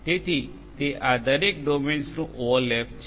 તેથી તે આ દરેક ડોમેન્સનું ઓવરલેપ છે